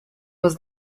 was